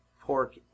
pork